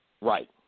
Right